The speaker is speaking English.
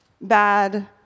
bad